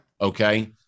Okay